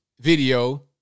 video